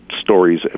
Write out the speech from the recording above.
stories